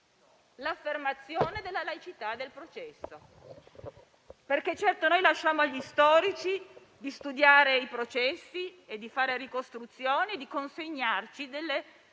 l'affermazione della laicità del processo. Lasciamo agli storici di studiare i processi, di fare ricostruzioni e di consegnarci delle